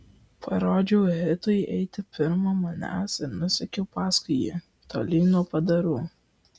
parodžiau hitui eiti pirma manęs ir nusekiau paskui jį tolyn nuo padarų